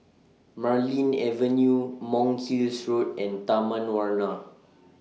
Marlene Avenue Monk's Hill Road and Taman Warna